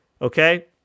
okay